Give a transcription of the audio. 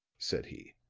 said he.